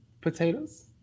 potatoes